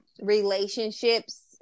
relationships